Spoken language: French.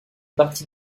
partie